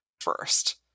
first